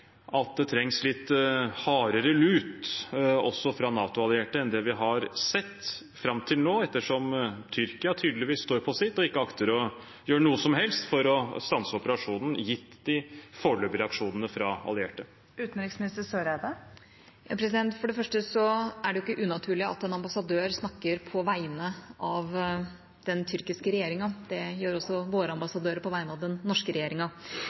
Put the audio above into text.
at det trengs litt hardere lut, også fra NATO-allierte, enn det vi har sett fram til nå, ettersom Tyrkia tydeligvis står på sitt og ikke akter å gjøre noe som helst for å stanse operasjonen, gitt de foreløpige reaksjonene fra allierte? For det første er det ikke unaturlig at en ambassadør snakker på vegne av den tyrkiske regjeringa – det gjør også våre ambassadører på vegne av den norske regjeringa.